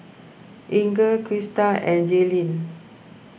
Inger Krysta and Jailyn